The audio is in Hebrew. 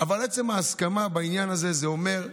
אבל עצם ההסכמה בעניין הזה זה אומר: